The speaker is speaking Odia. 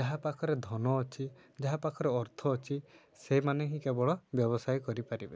ଯାହା ପାଖରେ ଧନ ଅଛି ଯାହା ପାଖରେ ଅର୍ଥ ଅଛି ସେମାନେ ହିଁ କେବଳ ବ୍ୟବସାୟ କରିପାରିବେ